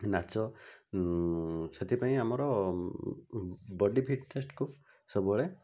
ନାଚ ସେଥିପାଇଁ ଆମର ବଡ଼ି ଫିଟନେସ୍ କୁ ସବୁବେଳେ